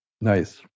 nice